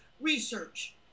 research